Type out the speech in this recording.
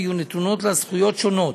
ויהיו נתונות לה זכויות שונות,